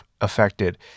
affected